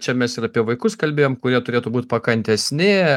čia mes ir apie vaikus kalbėjom kurie turėtų būt pakantesni